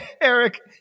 Eric